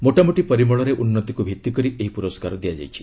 ମୋଟାମୋଟି ପରିମଳରେ ଉନ୍ନତିକୁ ଭିଭିକରି ଏହି ପୁରସ୍କାର ଦିଆଯାଇଛି